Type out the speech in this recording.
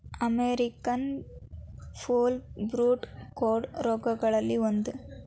American foulbrood ಕೋಡ ರೋಗಗಳಲ್ಲಿ ಒಂದ